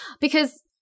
because-